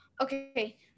okay